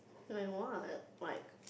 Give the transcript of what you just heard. and I want like